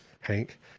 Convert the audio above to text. Hank